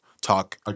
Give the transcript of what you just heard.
talk—